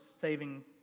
saving